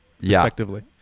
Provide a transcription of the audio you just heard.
respectively